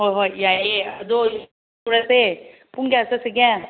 ꯍꯣꯏ ꯍꯣꯏ ꯌꯥꯏꯌꯦ ꯑꯗꯣ ꯌꯦꯉꯨꯔꯁꯦ ꯄꯨꯡ ꯀꯌꯥ ꯆꯠꯁꯤꯒꯦ